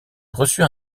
reçut